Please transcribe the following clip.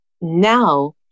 now